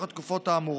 התקופות האמורות.